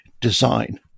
design